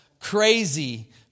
crazy